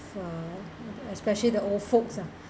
uh especially the old folks ah